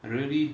really